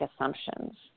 assumptions